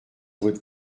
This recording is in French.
votre